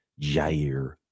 Jair